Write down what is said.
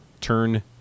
turn